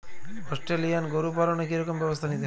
Australian গরু পালনে কি রকম ব্যবস্থা নিতে হয়?